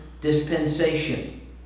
dispensation